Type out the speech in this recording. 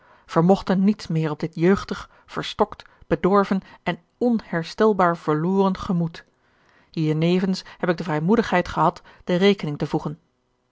vermogten niets meer op dit jeugdig verstokt bedorven en onherstelbaar verloren gemoed hiernevens heb ik de vrijmoedigheid gehad de rekening te voegen